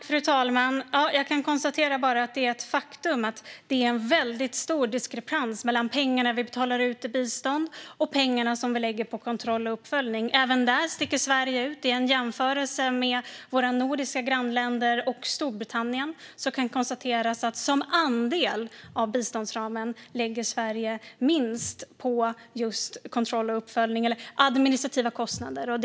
Fru talman! Det är ett faktum att det är en väldigt stor diskrepans mellan pengarna vi betalar ut i bistånd och pengarna som vi lägger på kontroll och uppföljning. Även där sticker Sverige ut. I en jämförelse med våra nordiska grannländer och Storbritannien kan det konstateras att Sverige lägger minst på just kontroll och uppföljning, eller administrativa kostnader, som andel av biståndsramen.